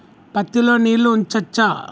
పత్తి లో నీళ్లు ఉంచచ్చా?